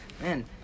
man